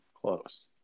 close